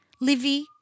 Livy